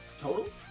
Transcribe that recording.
Total